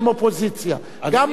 גם לעניין זה צריך,